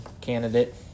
candidate